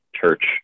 church